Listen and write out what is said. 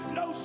no